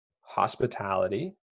hospitality